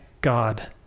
God